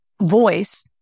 voice